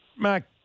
Mac